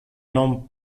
non